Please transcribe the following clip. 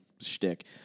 shtick